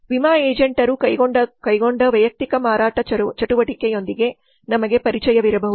ವಿಮಾ ಏಜೆಂಟರು ಕೈಗೊಂಡ ವೈಯಕ್ತಿಕ ಮಾರಾಟ ಚಟುವಟಿಕೆಯೊಂದಿಗೆ ನಮಗೆ ಪರಿಚಯವಿರಬಹುದು